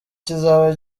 kizaba